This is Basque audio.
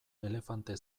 elefante